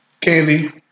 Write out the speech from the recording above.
Candy